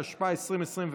התשפ"א 2021,